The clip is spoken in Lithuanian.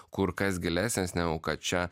kur kas gilesnis negu kad čia